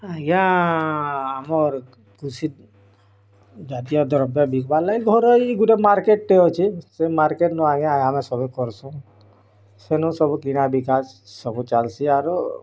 ଆଜ୍ଞା ଆମର୍ କୃଷି ଜାତୀୟ ଦ୍ରବ୍ୟ ବିକିବାର୍ ଲାଗି ଘରୋଇ ଗୁଟେ ମାର୍କେଟ୍ଟେ ଅଛି ସେ ମାର୍କେଟ୍ନୁ ଆଜ୍ଞା ଆମେ ସଭିଏ କରସୁଁ ସେନୁ ସବୁ କିଣା ବିକା ସବୁ ଚାଲ୍ସି ଆରୁ